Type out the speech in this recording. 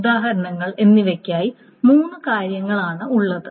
ഉദാഹരണങ്ങൾ എന്നിവയ്ക്കായി മൂന്ന് കാര്യങ്ങൾ ആണ് ഉള്ളത്